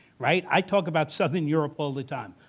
right? i talked about southern europe all the time.